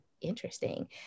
interesting